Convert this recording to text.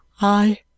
I